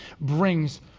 brings